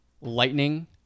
lightning